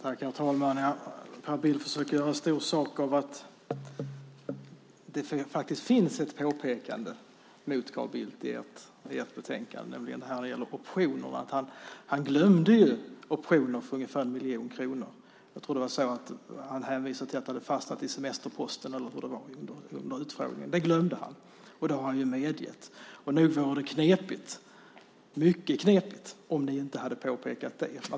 Herr talman! Per Bill försöker göra stor sak av att det faktiskt finns ett påpekande mot Carl Bildt i ert betänkande, nämligen när det gäller optionerna. Han glömde ju optioner för ungefär 1 miljon kronor. Jag tror att han under utfrågningen hänvisade till att det hade fastnat i semesterposten eller hur det var. Det glömde han, och det har han medgett. Det vore mycket knepigt om ni inte hade påpekat det.